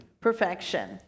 perfection